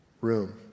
room